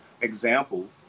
example